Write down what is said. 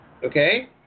Okay